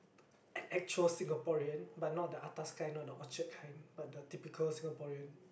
actual Singaporean but not the atas kind not the Orchard kind but the typical Singaporean